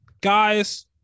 guys